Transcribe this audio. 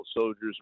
Soldiers